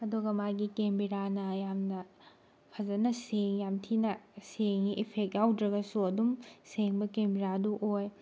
ꯑꯗꯨꯒ ꯃꯥꯒꯤ ꯀꯦꯃꯦꯔꯥꯅ ꯌꯥꯝꯅ ꯐꯖꯅ ꯌꯥꯝ ꯊꯤꯅ ꯁꯦꯡꯉꯤ ꯏꯐꯦꯛ ꯌꯥꯎꯗ꯭ꯔꯥꯒꯁꯨ ꯑꯗꯨꯝ ꯁꯦꯡꯕ ꯀꯦꯃꯦꯔꯥꯗꯨ ꯑꯣꯏ